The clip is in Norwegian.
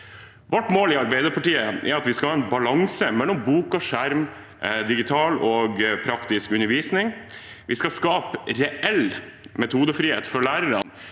Vårt mål i Arbeiderpartiet er at vi skal ha en balanse mellom bok, skjerm, digital og praktisk undervisning. Vi skal skape reell metodefrihet for lærerne,